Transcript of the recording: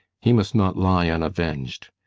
he must not lie unavenged.